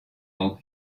all